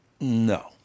No